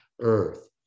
earth